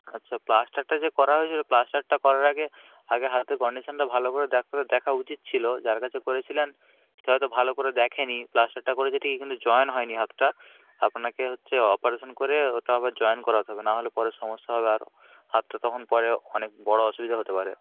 আচ্ছা প্লাস্টারটা যে করা হয়েছিল প্লাস্টারটা করার আগে আগে হাতের কন্ডিশানটা ভালো করে ডাক্তারের দেখা উচিত ছিল যার কাছে করেছিলেন সে হয়তো ভালো করে দেখেনি প্লাস্টারটা করেছে ঠিকই কিন্তু জয়েন হয়নি হাতটা আপনাকে হচ্ছে অপারেশান করে ওটা আবার জয়েন করাতে হবে না হলে পরে সমস্যা হবে আরও হাতটা তখন পরে অনেক বড় অসুবিধা হতে পারে